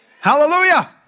Hallelujah